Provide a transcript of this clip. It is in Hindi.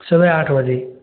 सुबह आठ बजे